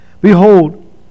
Behold